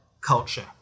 culture